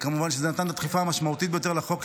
כמובן שזה נתן דחיפה משמעותית ביותר לחוק,